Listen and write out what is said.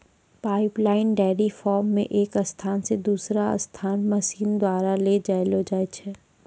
pipeline dairy farm मे एक स्थान से दुसरा पर मशीन द्वारा ले जैलो जाय छै